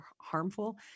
harmful